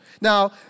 Now